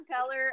color